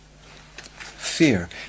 Fear